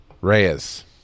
Reyes